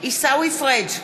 עיסאווי פריג'